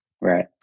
Right